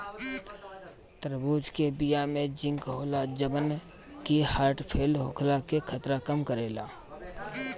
तरबूज के बिया में जिंक होला जवन की हर्ट फेल होखला के खतरा कम करेला